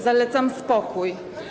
Zalecam spokój.